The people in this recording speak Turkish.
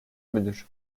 müdür